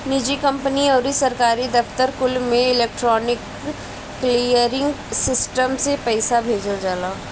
निजी कंपनी अउरी सरकारी दफ्तर कुल में इलेक्ट्रोनिक क्लीयरिंग सिस्टम से पईसा भेजल जाला